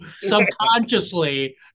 subconsciously